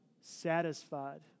satisfied